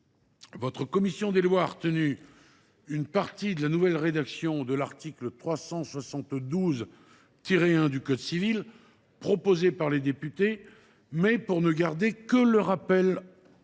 votre commission des lois a retenu une partie de la nouvelle rédaction de l’article 372 1 du code civil, proposée par les députés, en ne gardant que le rappel du principe